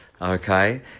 okay